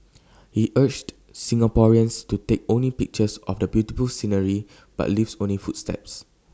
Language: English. he urged Singaporeans to take only pictures of the beautiful scenery but leave only footsteps